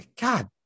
God